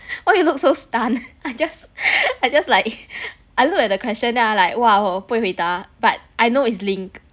why you look so stunned I just I just like I look at the question then I'm like !wah! 我不会回答 but I know is linked